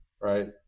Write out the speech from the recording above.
right